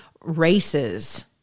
races